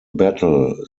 battle